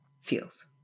feels